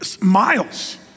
miles